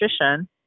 nutrition